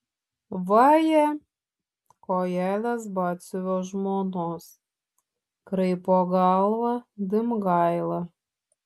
vaje kojelės batsiuvio žmonos kraipo galvą dimgaila